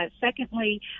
Secondly